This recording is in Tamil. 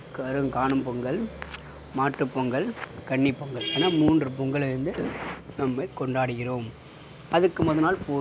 கருங் காணும் பொங்கல் மாட்டு பொங்கல் கன்னி பொங்கல் என மூன்று பொங்கல் வந்து நம்மை கொண்டாடுகிறோம் அதுக்கு மொதல் நாள் போகி